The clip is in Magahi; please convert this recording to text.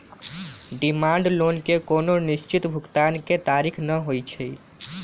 डिमांड लोन के कोनो निश्चित भुगतान के तारिख न होइ छइ